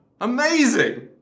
Amazing